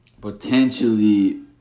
potentially